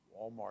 Walmart